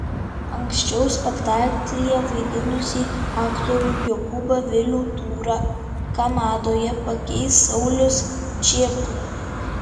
anksčiau spektaklyje vaidinusį aktorių jokūbą vilių tūrą kanadoje pakeis saulius čėpla